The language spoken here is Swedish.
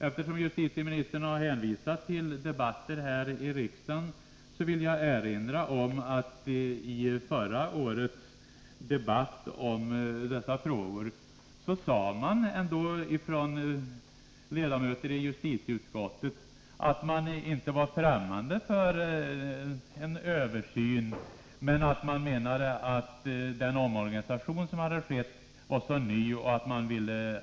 Eftersom justitieministern har hänvisat till debatter här i riksdagen, vill jag erinra om att ledamöter av justitieutskottet i förra årets debatt om dessa frågor sade sig inte vara fftämmande för en översyn. Man ansåg emellertid att den nya organisationen borde få fungera ett tag, innan det företogs en översyn.